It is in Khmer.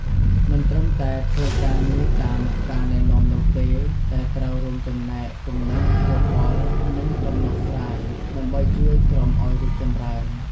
មិនត្រឹមតែធ្វើការងារតាមការណែនាំនោះទេ តែត្រូវរួមចំណែកគំនិត យោបល់ និងដំណោះស្រាយ ដើម្បីជួយក្រុមឱ្យរីកចម្រើន។